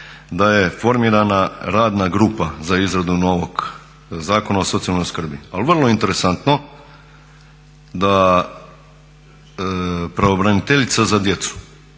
da je formirana radna grupa za izradu novog Zakona o socijalnoj skrbi, ali vrlo je interesantno da pravobraniteljica za djecu